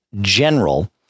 general